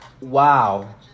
wow